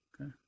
Okay